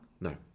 No